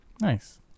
nice